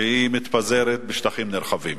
שהיא מתפזרת בשטחים נרחבים.